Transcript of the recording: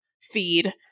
feed